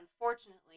unfortunately